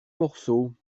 morceau